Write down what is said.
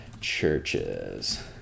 Churches